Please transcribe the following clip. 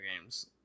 games